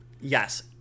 Yes